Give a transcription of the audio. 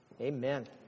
Amen